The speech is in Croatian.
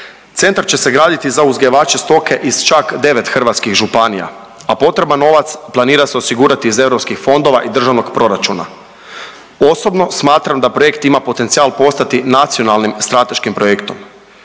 Centar će se graditi za uzgajivače stoke iz čak 9 hrvatskih županija, a potreban novac planira se osigurati iz europskih fondova i državnog proračuna. Osobno smatram da projekt ima potencijal postati nacionalnim strateškim projektom.